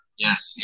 Yes